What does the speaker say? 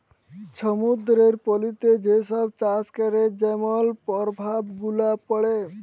সমুদ্দুরের পলিতে যে ছব চাষ ক্যরে যেমল পরভাব গুলা পড়ে